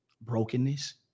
brokenness